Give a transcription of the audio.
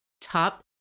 top